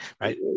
right